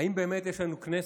האם באמת יש לנו כנסת